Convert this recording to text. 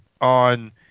on